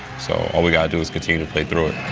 so all we've got to do is continue to play through it.